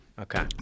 Okay